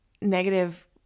negative